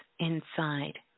inside